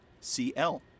C-L